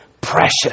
precious